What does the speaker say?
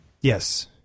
Yes